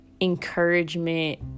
encouragement